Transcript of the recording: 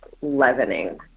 leavening